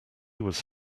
was